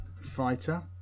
fighter